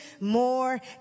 more